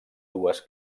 dues